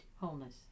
wholeness